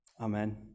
Amen